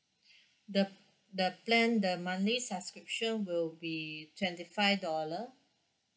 the the plan the monthly subscription will be twenty five dollar